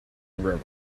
river